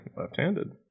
Left-handed